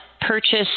purchase